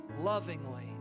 lovingly